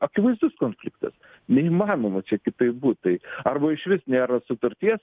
akivaizdus konfliktas neįmanoma čia kitaip būt tai arba išvis nėra sutarties